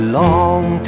long